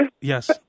Yes